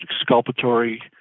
exculpatory